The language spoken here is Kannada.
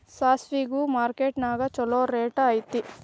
ಸಾಸ್ಮಿಗು ಮಾರ್ಕೆಟ್ ದಾಗ ಚುಲೋ ರೆಟ್ ಐತಿ